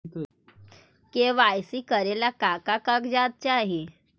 KYC करे ला का का कागजात चाही?